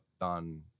done